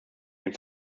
den